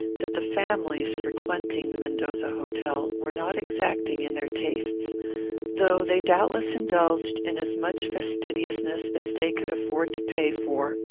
that the families frequenting the mendoza hotel were not exacting in their tastes though they doubtless indulged in as much fastidiousness as they could afford to pay for,